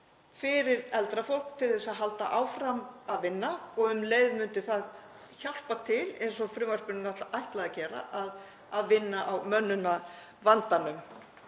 fyrir eldra fólk til að halda áfram að vinna. Um leið myndi það hjálpa til, eins og frumvarpinu er ætlað að gera, við að vinna á mönnunarvandanum.